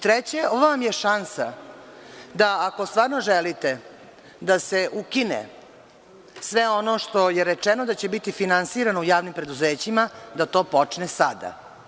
Treće, ovo vam je šansa, ako stvarno želite da se ukine sve ono što je rečeno da će biti finansirano u javnim preduzećima, da to počne sada.